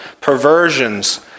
perversions